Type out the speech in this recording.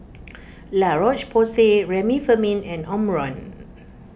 La Roche Porsay Remifemin and Omron